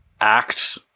act